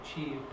achieve